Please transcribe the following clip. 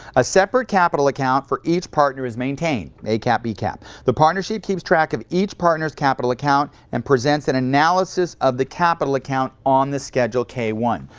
a separate capital account for each partner is maintained. a cap, b cap. the partnership keeps track of each partner's capital account, and present an analysis of the capital account on the schedule k one.